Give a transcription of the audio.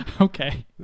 Okay